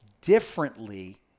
differently